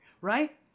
Right